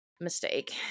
mistake